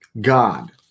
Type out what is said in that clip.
God